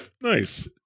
nice